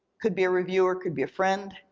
could be a reviewer, could be a friend,